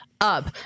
up